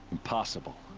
impossible.